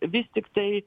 vis tiktai